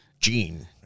gene